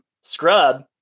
scrub